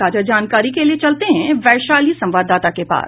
ताजा जानकारी के लिए चलते हैं वैशाली संवाददाता के पास